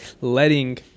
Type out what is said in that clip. letting